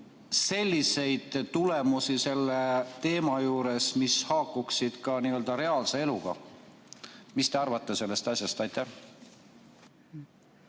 selliseid tulemusi selle teema juures, mis haakuksid ka n‑ö reaalse eluga. Mis te arvate sellest asjast? Aitäh,